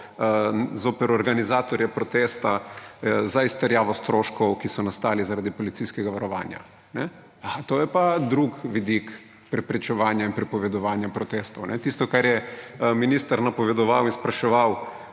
zoper organizatorje protesta za izterjavo stroškov, ki so nastali zaradi policijskega varovanja. To je pa drug vidik preprečevanja in prepovedovanja protestov. Tisto, kar je minister napovedoval in spraševal,